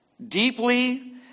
Deeply